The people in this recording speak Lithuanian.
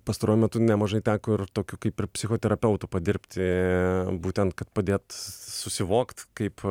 pastaruoju metu nemažai teko ir tokiu kaip ir psichoterapeutu padirbti būtent kad padėt susivokt kaip